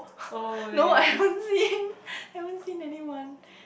no I haven't seen haven't seen anyone